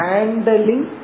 Handling